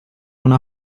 una